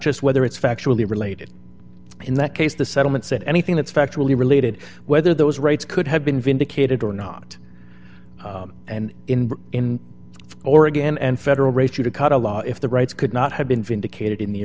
just whether it's factually related in that case the settlement said anything that's factually related whether those rights could have been vindicated or not and in oregon and federal race you to cut a law if the rights could not have been vindicated in the